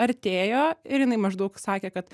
artėjo ir jinai maždaug sakė kad